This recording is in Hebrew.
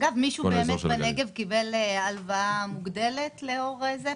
אגב, מישהו בנגב קיבל באמת הלוואה מוגדלת לאור זה?